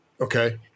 Okay